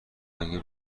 اگه